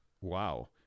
Wow